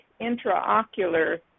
intraocular